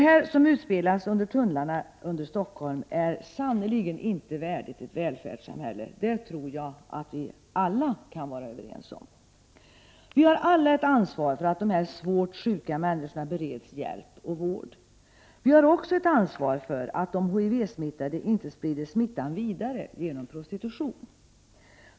Vad som utspelar sig i tunnlarna under Stockholm är sannerligen inte värdigt ett välfärdssamhälle. Det tror jag att vi alla kan vara överens om. Vi har alla ett ansvar för att dessa svårt sjuka människor bereds hjälp och vård. Vi har också ett ansvar för att de HIV-smittade inte sprider smittan vidare genom prostitution.